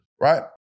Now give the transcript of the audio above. right